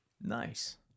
Nice